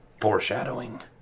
foreshadowing